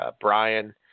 Brian